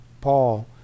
Paul